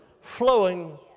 flowing